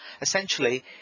essentially